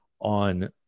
on